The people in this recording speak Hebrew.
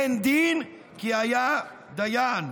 אין דין, כי היה דיין.